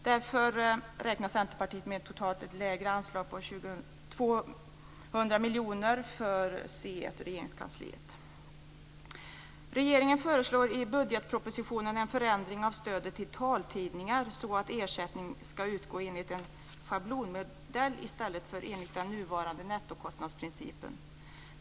Därför räknar Regeringen föreslår i budgetpropositionen en förändring av stödet till taltidningar så att ersättning ska utgå enligt en schablonmodell i stället för enligt den nuvarande nettokostnadsprincipen.